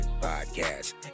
podcast